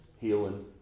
healing